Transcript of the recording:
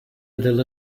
della